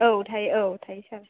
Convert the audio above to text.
औ थायो औ थायो सार औ